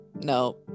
no